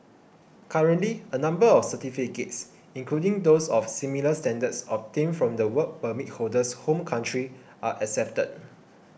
currently a number of certificates including those of similar standards obtained from the Work Permit holder's home country are accepted